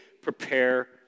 prepare